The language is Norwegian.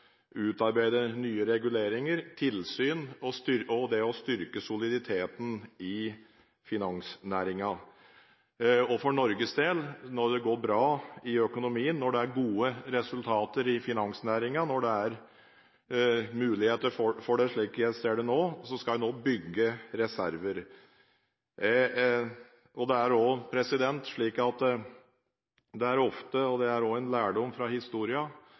utarbeide nye reguleringer og tilsyn og å styrke soliditeten i finansnæringen. For Norges del: Når det går bra i økonomien, når det er gode resultater i finansnæringen, når det er muligheter for det, slik jeg ser det nå, skal vi bygge reserver. Ofte er det slik, og det er også en lærdom fra historien, at det er i gode tider en kan gjøre feil og miste litt overblikket – noe som gjør at en